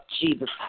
Jesus